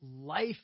life